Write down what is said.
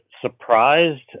surprised